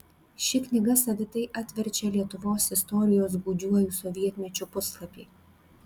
ši knyga savitai atverčia lietuvos istorijos gūdžiuoju sovietmečiu puslapį